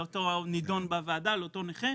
לאותו נידון בוועדה, לאותו נכה.